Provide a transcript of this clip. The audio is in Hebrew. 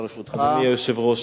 אדוני היושב-ראש,